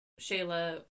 Shayla